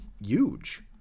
huge